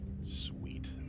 sweet